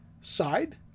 side